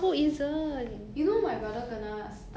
cause when we were playing downstairs 很久以前 ah then